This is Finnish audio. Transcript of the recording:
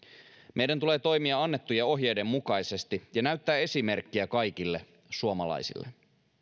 meidän tulee toimia annettujen ohjeiden mukaisesti ja näyttää esimerkkiä kaikille suomalaisille